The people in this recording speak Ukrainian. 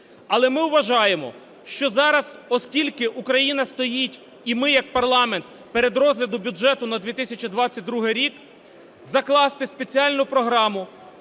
Але ми вважаємо, що зараз, оскільки Україна стоїть і ми як парламент перед розглядом бюджету на 2022 рік, закласти спеціальну програму